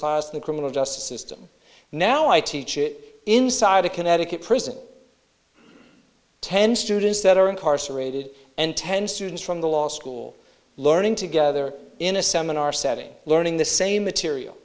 class in the criminal justice system now i teach it inside a connecticut prison ten students that are incarcerated and ten students from the law school learning together in a seminar setting learning the same material